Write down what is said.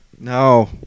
No